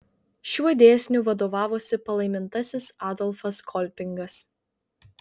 šiuo dėsniu vadovavosi palaimintasis adolfas kolpingas